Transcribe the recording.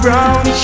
Brown